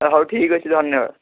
ହଉ ଠିକ୍ ଅଛି ଧନ୍ୟବାଦ